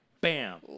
Bam